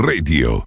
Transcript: Radio